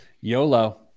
YOLO